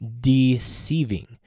deceiving